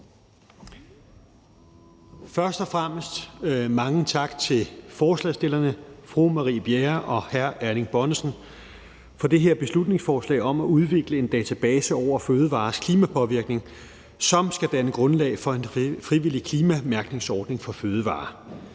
Først og fremmest mange tak til forslagsstillerne, fru Marie Bjerre og hr. Erling Bonnesen, for det her beslutningsforslag om at udvikle en database over fødevarers klimapåvirkning, som skal danne grundlag for en frivillig klimamærkningsordning for fødevarer.